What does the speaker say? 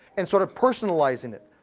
and sort of personalizing it.